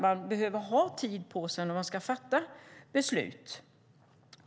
Man behöver ha tid på sig när man ska fatta beslut.